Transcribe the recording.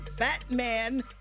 Batman